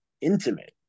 intimate